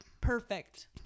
perfect